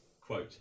Quote